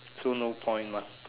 so no point mah